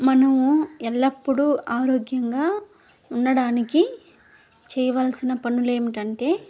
మనము ఎల్లప్పుడూ ఆరోగ్యంగా ఉండడానికి చేయవలసిన పనులు ఏమిటంటే